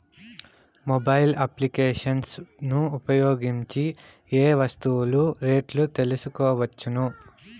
Mobile applications ను ఉపయోగించి ఏ ఏ వస్తువులు రేట్లు తెలుసుకోవచ్చును?